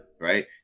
Right